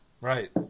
Right